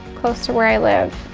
close to where i live.